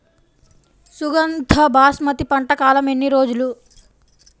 సుగంధ బాస్మతి పంట కాలం ఎన్ని రోజులు?